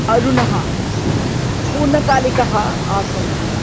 अरुणः पूर्णकालिकः आसन् तः